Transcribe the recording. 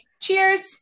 Cheers